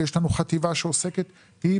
ויש לנו חטיבה שעוסקת בזה,